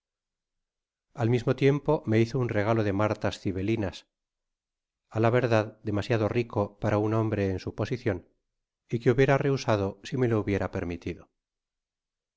al mismo tiempo me hizo un regalo de martas cibelinas á la verdad demasiada rico para un hombre en su posicion y que hubiera rehusado si me lo hubiera permitido